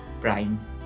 Prime